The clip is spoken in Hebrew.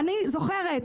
אני זוכרת,